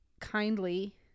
kindly